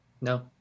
no